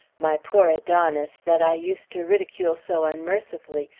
my poor adonis, that i used to ridicule so unmercifully,